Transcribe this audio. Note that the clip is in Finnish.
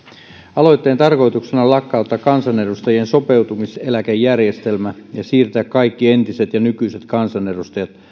aloitteen tarkoituksena on lakkauttaa kansanedustajien sopeutumiseläkejärjestelmä ja siirtää kaikki entiset ja nykyiset kansanedustajat